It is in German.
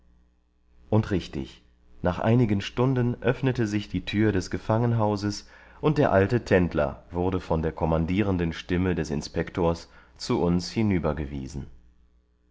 und richtig nach einigen stunden öffnete sich die tür des gefangenhauses und der alte tendler wurde von der kommandierenden stimme des inspektors zu uns